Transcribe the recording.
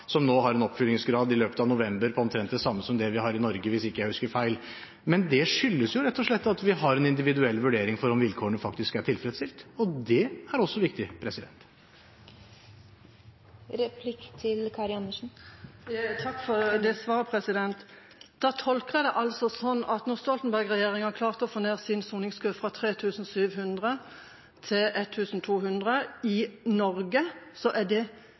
som nå har en oppfyllingsgrad i løpet av november på omtrent det samme som vi har i Norge – hvis jeg ikke husker feil. Men det skyldes rett og slett at vi har en individuell vurdering av om vilkårene faktisk er tilfredsstilt, og det er også viktig. Takk for svaret. Jeg tolker det altså sånn at da Stoltenberg-regjeringa klarte å få redusert soningskøen fra 3 700 til 1 200 i Norge, var det mangel på handlekraft og mislykkethet, men når justisministeren iverksetter tiltak i Nederland med så